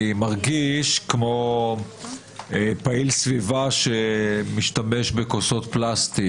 אני מרגיש כמו פעיל סביבה שמשתמש בכוסות פלסטיק,